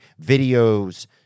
videos